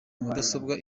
mudasobwa